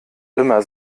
immer